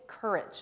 courage